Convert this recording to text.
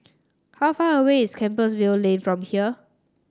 how far away is Compassvale Lane from here